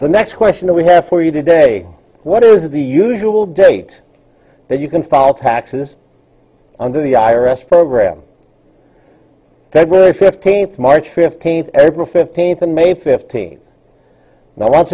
the next question that we have for you today what is the usual date that you can fall taxes under the i r s program february fifteenth march fifteenth april fifteenth the may fifteenth